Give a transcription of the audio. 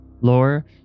lore